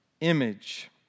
image